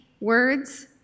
words